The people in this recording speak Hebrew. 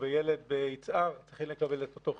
וילד ביצהר צריכים לקבל את אותו חינוך.